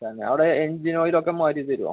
തന്നെ അവിടെ engine oil ഒക്കെ മാറ്റിത്തരുമോ